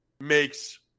makes